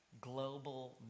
global